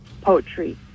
poetry